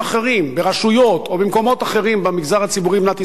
ברשויות או במקומות אחרים במגזר הציבורי במדינת ישראל,